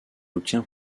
obtient